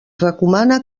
recomana